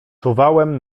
czuwałem